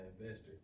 investor